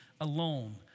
alone